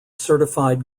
certified